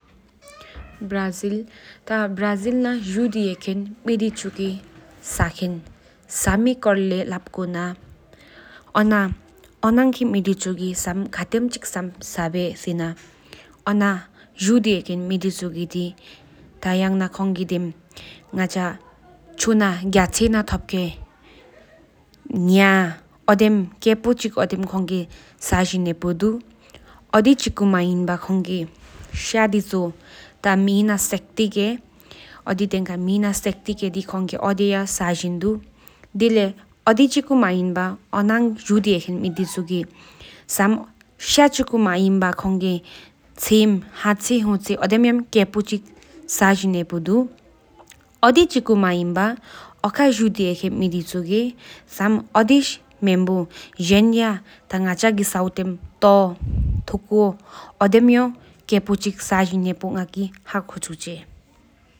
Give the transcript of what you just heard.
ཐ་བྲེ་ཛིལ་ན་འཇུ་དྷེ་ཁེན་ནི་དེ་ཆུ་གི་སག་ཧེན་སམ་ཀོར་ལེེ་ཤཱུ་གུ་ན་ཨོ་ན་ག་ཁེེ་ནི་དེ་ཆུ་གི་སར་ཁྲེམ་ཆི་ས་སྦྱིས་སི་ན་འཇུ་དེ་ཁེེ་ནི་དེ་ཆོ་གི་དེ་སྒྱ་ཆི་ན་ཧེབ་ཁེ་སམ་འོ་དམ་ས་སྦྱིས་ཐ་ཕེ་ར་ན་རྔྱཉ་འོ་དམ་ཀེེ་ཕོ་ཆི་ས་འཇིན་ཧེ་པོ་དུ། ཨོ་དི་མ་ཨེན་བཱ་ཁོང་གི་ཤ་དེ་ཆོ་མེྱ་ན་ས་ཁེེ་ཀ་ཡ་ཨོ་དེ་ཡ་ས་འཇིན་དུ་ཨོ་དེ་ར་ཨོ་ག་ཧའི་མེ་དེ་ཆུ་གི་ཤ་ཆི་མ་འོད་སམ་ཙ་ང་འུ་ན་དང་ཀེེ་ཕོ་ཆི་ས་འཇིན་དུ། དེ་ལས་སྦྱིས་འོ་གཧ་འི་ན་དེ་ཆུ་གི་ང་ཆ་སེམ་ར་དོ་ཨོ་དེ་མ་ཡ་ས་འཇིན་ཧེ་པོ་ང་གི་ཧ་ཀོ་ཆུ་ཆེ་།